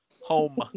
home